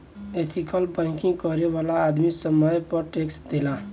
ethical banking करे वाला आदमी समय पर टैक्स देला